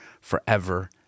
forever